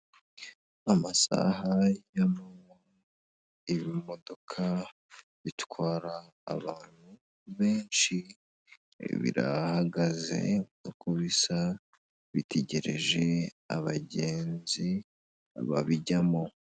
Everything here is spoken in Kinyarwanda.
Amasaha y'amanywa ibimodoka bitwara abantu benshi birahagaze uko bisa bitegereje abagenzi babijyamo.